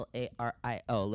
Lario